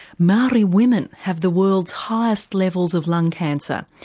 maori women have the world's highest levels of lung cancer.